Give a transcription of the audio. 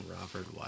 Robert